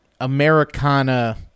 Americana